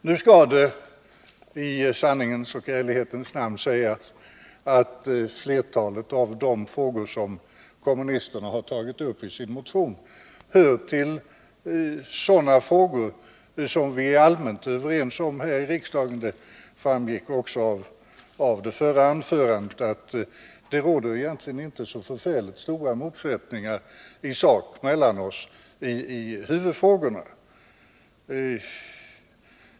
Nu skall i sanningens och ärlighetens namn sägas att flertalet av de frågor som kommunisterna tagit upp i sin motion hör till de frågor som vi är allmänt överens om här i riksdagen. Det framgick också av det förra anförandet, att det råder egentligen inte så förfärligt stora motsättningar i sak mellan oss i huvudfrågorna.